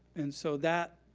and so that,